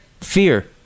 fear